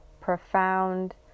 profound